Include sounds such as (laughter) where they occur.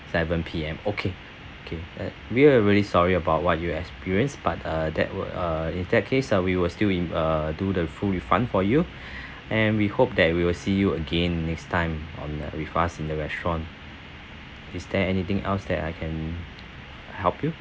seven P_M okay okay uh we're really sorry about what you experienced but uh that were uh in that case uh we were still in uh do the full refund for you (breath) and we hope that we will see you again next time on with us in the restaurant is there anything else that I can help you